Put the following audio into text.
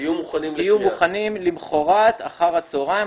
תהיו מוכנים למחרת אחר הצהריים,